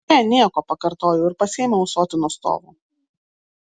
ne nieko pakartojau ir pasiėmiau ąsotį nuo stovo